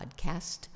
podcast